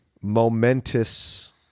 momentous